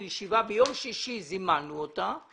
ביום שישי זימנו ישיבה ליום שני.